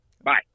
Bye